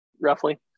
roughly